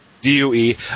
D-U-E